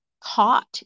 caught